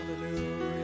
Hallelujah